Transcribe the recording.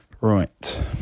Right